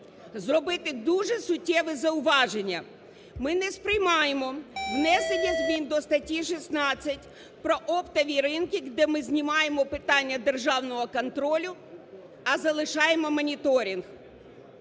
зробити дуже суттєве зауваження. Ми не сприймаємо внесення змін до статті 16 про оптові ринки, де ми знімаємо питання державного контролю, а залишаємо моніторинг.